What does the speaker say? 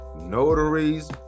notaries